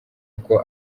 uko